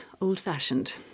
old-fashioned